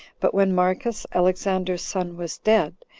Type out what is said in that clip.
but when marcus, alexander's son, was dead,